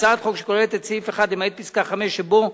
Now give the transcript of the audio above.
הצעת החוק, שכוללת את סעיף 1, למעט פסקה (5) שבו,